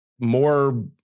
more